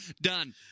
Done